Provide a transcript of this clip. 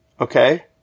Okay